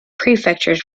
prefectures